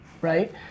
right